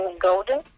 Golden